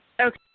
Okay